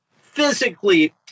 physically